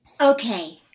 Okay